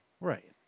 Right